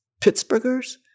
Pittsburghers